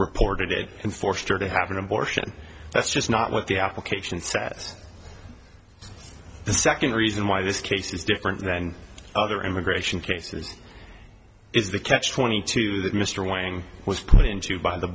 reported it and forced her to have an abortion that's just not what the application says the second reason why this case is different than other immigration cases is the catch twenty two that mr wang was put into by the